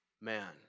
man